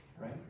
right